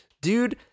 dude